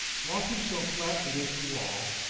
walked himself flat against a wall,